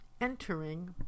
entering